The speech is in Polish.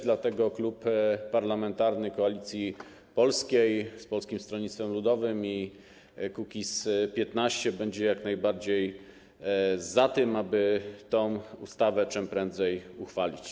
Dlatego klub parlamentarny Koalicji Polskiej z Polskim Stronnictwem Ludowym i Kukiz15 będzie jak najbardziej za tym, aby tę ustawę czym prędzej uchwalić.